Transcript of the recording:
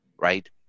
right